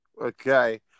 okay